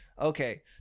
Okay